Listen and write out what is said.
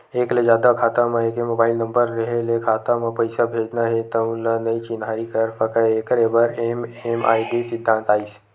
एक ले जादा खाता म एके मोबाइल नंबर रेहे ले खाता म पइसा भेजना हे तउन ल नइ चिन्हारी कर सकय एखरे बर एम.एम.आई.डी सिद्धांत आइस